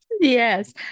Yes